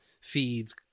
Feeds